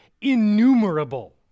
innumerable